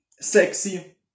sexy